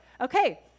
Okay